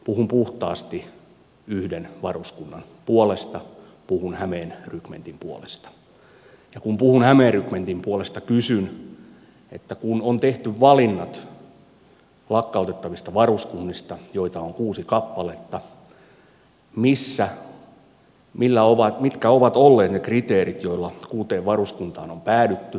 puhun puhtaasti yhden varuskunnan puolesta puhun hämeen rykmentin puolesta ja kun puhun hämeen rykmentin puolesta kysyn että kun on tehty valinnat lakkautettavista varuskunnista joita on kuusi kappaletta mitkä ovat olleet ne kriteerit joilla kuuteen varuskuntaan on päädytty